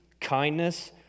kindness